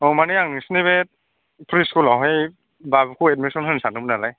औ मानि आं नोंसिनि बे प्रि स्कुलावहाय बाबुखौ एडमिसन होनो सानदोंमोन नालाय